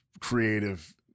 creative